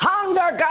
Hunger